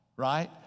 Right